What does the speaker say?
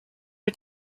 are